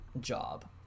job